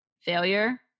failure